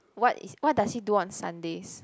what is what does he do on Sundays